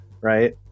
right